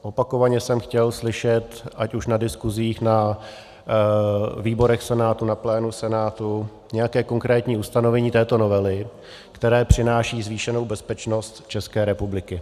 Opakovaně jsem chtěl slyšet ať už na diskusích na výborech Senátu, na plénu Senátu nějaké konkrétní ustanovení této novely, které přináší zvýšenou bezpečnost České republiky.